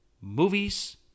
movies